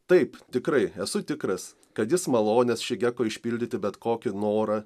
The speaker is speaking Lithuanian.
taip tikrai esu tikras kad jis malonės šigeko išpildyti bet kokį norą